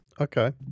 Okay